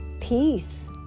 peace